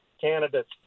candidates